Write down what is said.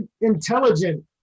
intelligent